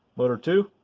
motor two.